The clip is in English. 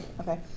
Okay